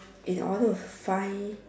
in order to find